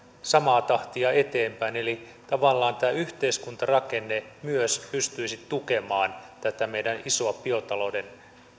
samaa tahtia eteenpäin eli tavallaan tämä yhteiskuntarakenne myös pystyisi tukemaan tätä meidän isoa biotalouden